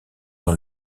dans